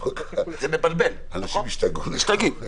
אנשים משתגעים.